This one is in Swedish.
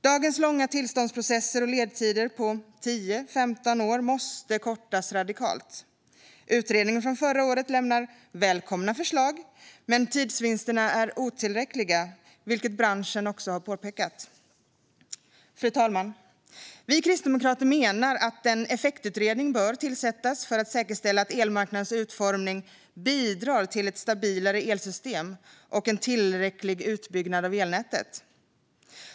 Dagens långa tillståndsprocesser och ledtider på 10-15 år måste kortas radikalt. Utredningen från förra året lämnar välkomna förslag. Tidsvinsterna är dock otillräckliga, vilket branschen också har påpekat. Fru talman! Vi kristdemokrater menar att en effektutredning bör tillsättas för att säkerställa att elmarknadens utformning bidrar till ett stabilare elsystem och en tillräcklig utbyggnad av elnätet.